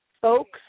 Folks